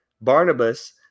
Barnabas